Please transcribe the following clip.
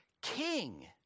King